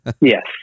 Yes